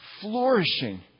flourishing